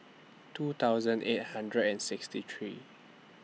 two thousand eight hundred and sixty three